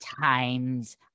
times